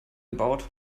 gebaut